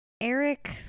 eric